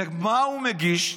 ומה הוא מגיש?